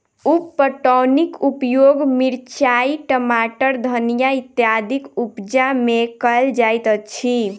उप पटौनीक उपयोग मिरचाइ, टमाटर, धनिया इत्यादिक उपजा मे कयल जाइत अछि